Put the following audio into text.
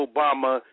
Obama